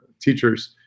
teachers